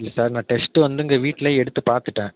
இல்லை சார் நான் டெஸ்ட்டு வந்து இங்கே வீட்டிலே எடுத்து பார்த்துட்டேன்